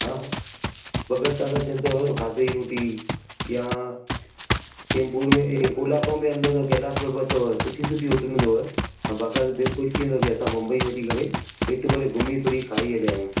हा हा भगत तारा चंद अथव खाधे ई रोटी या चैम्बूर में कोलाबा में अंदरु कैलाश पर्बत अथव सुठी सुठी होटलूं अथव ऐं बक़ाइदा दिलि ख़शि थी वेंदव की असां मुंबई में अची करे पेट भरे घुमी फिरी खाई हलियां आहियूं